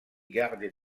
garde